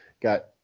got